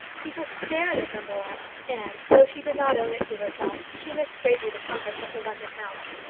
people stared at her more and, though she did not own it to herself, she missed greatly the comforts of her london house.